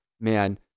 man